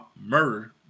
murder